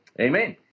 Amen